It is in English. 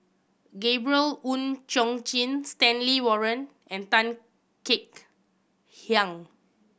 Gabriel Oon Chong Jin Stanley Warren and Tan Kek Hiang